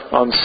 on